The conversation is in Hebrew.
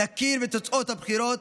נכיר בתוצאות הבחירות,